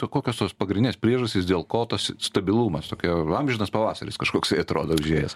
kokios tos pagrindinės priežastys dėl ko tas stabilumas tokia amžinas pavasaris kažkoksai atrodo užėjęs